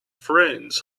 friends